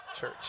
church